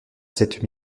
cette